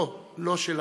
לא של הכְנעות.